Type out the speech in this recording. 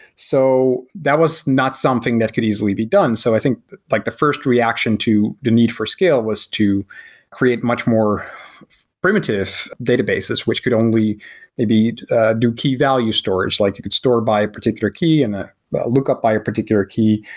so that was not something that could easily be done. so i think like the first reaction to the need for scale was to create much more primitive databases, which could only maybe do keyvalue stores. like you could store by particular key and lookup by a particular key,